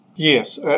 Yes